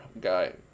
guy